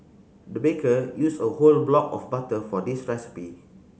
the baker used a whole block of butter for this recipe